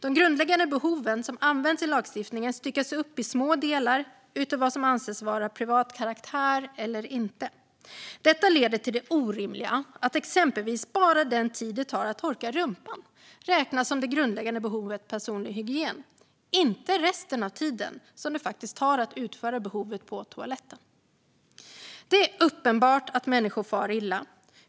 De grundläggande behoven som används i lagstiftningen styckas upp i små delar utifrån vad som anses vara av privat karaktär eller inte. Detta leder till det orimliga att exempelvis bara den tid det tar att torka rumpan räknas som det grundläggande behovet personlig hygien, inte resten av tiden det tar att utföra behovet på toaletten. Det är uppenbart att människor far illa.